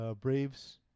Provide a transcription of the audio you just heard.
Braves